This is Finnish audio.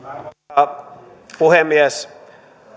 arvoisa puhemies